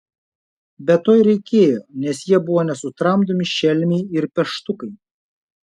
bet to ir reikėjo nes jie buvo nesutramdomi šelmiai ir peštukai